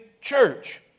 church